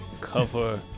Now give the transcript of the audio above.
Cover